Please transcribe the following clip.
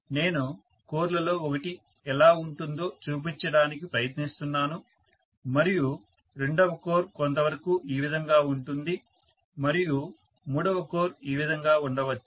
నేను కోర్ లలో ఒకటి ఎలా ఉంటుందో చూపించడానికి ప్రయత్నిస్తున్నాను మరియు రెండవ కోర్ కొంతవరకు ఈ విధంగా ఉంటుంది మరియు మూడవ కోర్ ఈ విధంగా ఉండవచ్చు